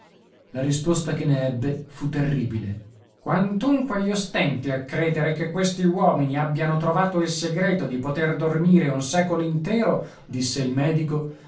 la risposta che ne ebbe fu terribile quantunque io stenti a credere che questi uomini abbiano trovato il segreto di poter dormire un secolo intero disse il medico